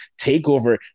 takeover